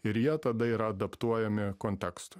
ir jie tada yra adaptuojami kontekstui